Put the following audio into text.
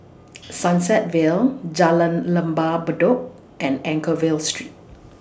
Sunset Vale Jalan Lembah Bedok and Anchorvale Street